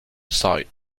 sight